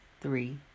three